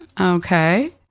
Okay